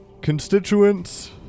Constituents